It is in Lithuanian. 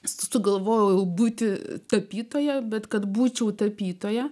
sugalvojau būti tapytoja bet kad būčiau tapytoja